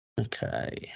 Okay